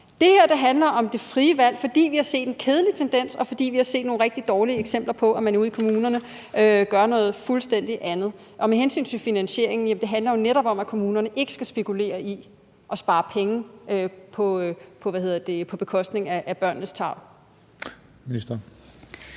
Det her handler om det frie valg, fordi vi har set en kedelig tendens, og fordi vi har set nogle rigtig dårlige eksempler på, at man ude i kommunerne gør noget fuldstændig andet. Og med hensyn til finansieringen handler det jo netop om, at kommunerne ikke skal spekulere i at spare penge på bekostning af børnenes tarv. Kl.